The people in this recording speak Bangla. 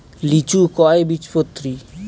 লিচু কয় বীজপত্রী?